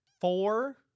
four